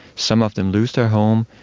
some of them lose their home,